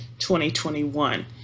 2021